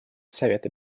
совета